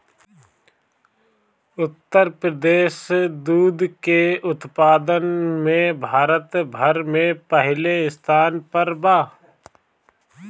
उत्तर प्रदेश दूध के उत्पादन में भारत भर में पहिले स्थान पर बा